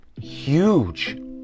huge